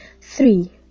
Three